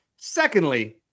Secondly